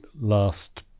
last